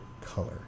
color